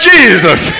Jesus